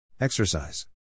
Exercise